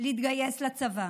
להתגייס לצבא.